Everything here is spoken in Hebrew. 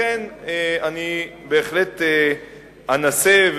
לכן אני בהחלט אנסה,